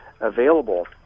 available